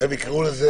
תכף יקראו לזה